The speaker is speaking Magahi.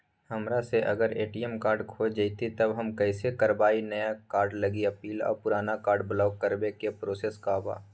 हमरा से अगर ए.टी.एम कार्ड खो जतई तब हम कईसे करवाई नया कार्ड लागी अपील और पुराना कार्ड ब्लॉक करावे के प्रोसेस का बा?